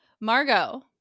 Margot